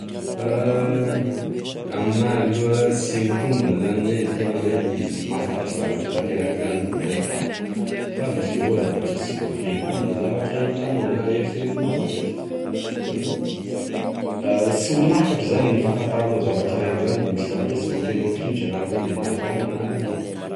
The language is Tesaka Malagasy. Aminah aloha sy mitombona zany hoe tena hoe mafantatry zavatra tanteraka zany gn'olo raiky fa misy avao zavatry sy voafenao amina zavatry itanao na eriseretinao fantatry zany oe a sy ho lafatry zany gne fafantaranao zavatry raiky zagne misy zavatre sy voafeinao signitry anatin'izay na tinao na alanao.